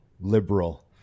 liberal